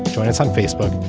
join us on facebook.